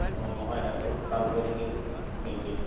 অঁ হয় হয় বহুত ভাল পজিটিভ থিংকিং